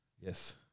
yes